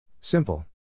Simple